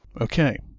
Okay